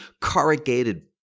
corrugated